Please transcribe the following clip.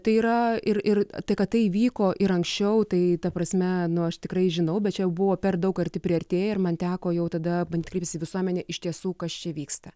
tai yra ir ir tai kad tai įvyko ir anksčiau tai ta prasme nu aš tikrai žinau bet čia jau buvo per daug arti priartėję ir man teko jau tada bandyti kreiptis į visuomenę iš tiesų kas čia vyksta